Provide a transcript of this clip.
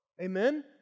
Amen